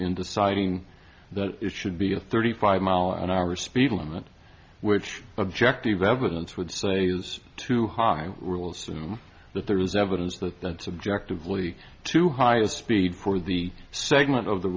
in deciding that it should be a thirty five mile an hour speed limit which objective evidence would say is too high real assume that there is evidence that that subjectively too high a speed for the segment of the